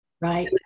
Right